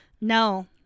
no